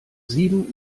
sieben